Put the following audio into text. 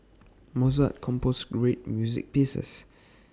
Mozart composed great music pieces